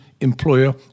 employer